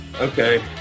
Okay